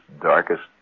darkest